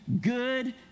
good